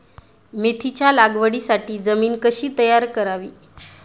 मेथीच्या लागवडीसाठी जमीन कशी तयार करावी?